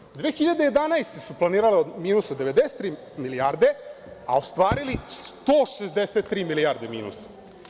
Godine 2011. su planirali minus od 93 milijarde, a ostvarili 163 milijarde minusa.